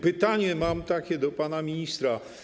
Pytanie mam takie do pana ministra.